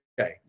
Okay